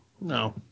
no